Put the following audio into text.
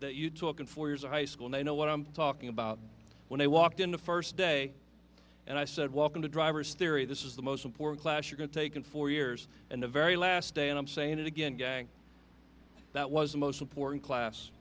that you took in four years of high school and i know what i'm talking about when i walked in the first day and i said welcome to driver's theory this is the most important class you can take in four years and the very last day and i'm saying it again gang that was the most important class